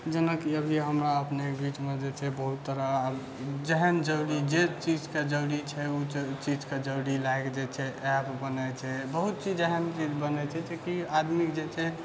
जेना कि अभी हमरा अपनेके बीचमे जे छै बहुत तरह जेहन जरुरी जे चीजके जरुरी छै उ चीजके जरुरी लागि जे छै ऍप बनै छै बहुत चीज एहन बनै छै जेकी आदमीके जे छै